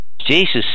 Jesus